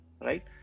right